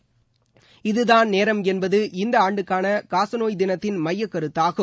இதுதான் நேரம் என்பது இந்த ஆண்டுக்கான காசநோய் தினததின் மையகருத்தாகும்